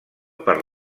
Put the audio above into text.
per